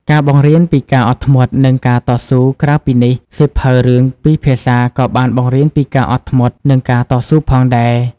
ការបង្រៀនពីការអត់ធ្មត់ និងការតស៊ូក្រៅពីនេះ សៀវភៅរឿងពីរភាសាក៏បានបង្រៀនពីការអត់ធ្មត់ និងការតស៊ូផងដែរ។